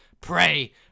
pray